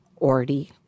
ordy